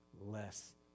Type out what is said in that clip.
Less